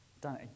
done